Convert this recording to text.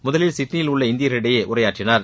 முதலில் சிட்னியில் உள்ள இந்தியர்களிடையே உரையாற்றினார்